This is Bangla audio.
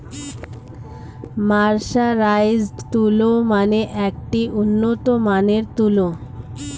মার্সারাইজড তুলো মানে একটি উন্নত মানের তুলো